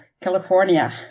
California